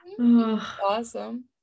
Awesome